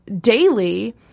daily